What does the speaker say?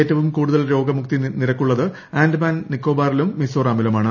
ഏറ്റവും കൂടുതൽ രോഗമുക്തി നിരക്കുള്ളത് ആൻഡമാൻ നിക്കോബാറിലും മിസോറാമിലുമാണ്